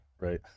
right